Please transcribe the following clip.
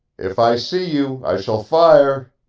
if i see you i shall fire!